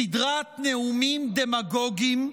סדרת נאומים דמגוגיים,